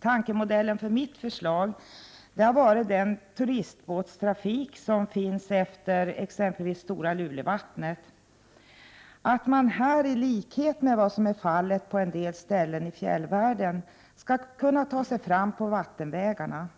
Tankemodellen för mitt förslag har varit att man med den turistbåtstrafik som finns efter exempelvis stora Lulevattnet, i likhet med vad som är fallet på en del ställen i fjällvärlden, skall kunna ta sig fram på vattenvägarna.